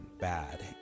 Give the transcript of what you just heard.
bad